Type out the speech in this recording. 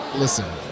Listen